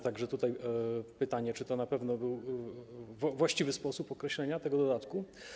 Tak że tutaj pytanie, czy to na pewno właściwy sposób określenia tego dodatku.